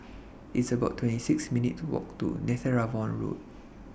It's about twenty six minutes' Walk to Netheravon Road